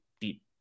deep